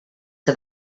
que